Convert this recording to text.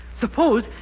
Suppose